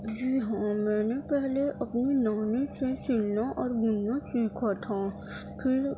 جی ہاں میں نے پہلے اپنی نانی سے سلنا اور بننا سیکھا تھا پھر